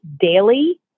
daily